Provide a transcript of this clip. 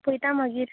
पळयता मागीर